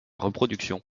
reproduction